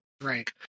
Right